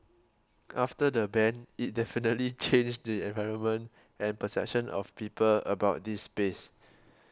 after the ban it definitely changed the environment and perception of people about this space